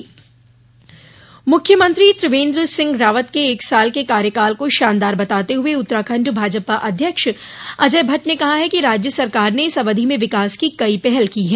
बातचीत मुख्यमंत्री त्रिवेंद्र सिंह रावत के एक साल के कार्यकाल को शानदार बताते हुए उत्तराखंड भाजपा अध्यक्ष अजय भद्द ने कहा कि राज्य सरकार ने इस अवधि में विकास की कई पहल की हैं